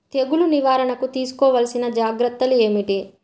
తెగులు నివారణకు తీసుకోవలసిన జాగ్రత్తలు ఏమిటీ?